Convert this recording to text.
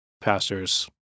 pastors